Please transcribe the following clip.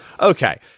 okay